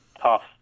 Tough